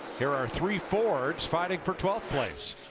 here are three forms fighting for twelve plays.